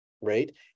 right